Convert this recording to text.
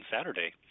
Saturday